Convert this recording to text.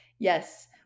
Yes